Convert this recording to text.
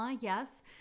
yes